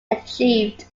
achieved